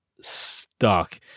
stuck